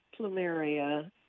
plumeria